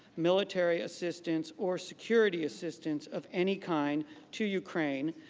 military assistance or security assistance of any kind to ukraine,